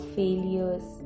failures